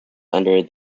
under